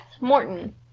Morton